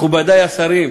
מכובדי השרים,